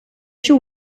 she